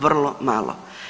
Vrlo malo.